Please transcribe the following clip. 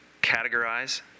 categorize